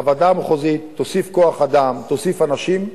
בוועדה המחוזית תוסיף כוח-אדם, תוסיף אנשים.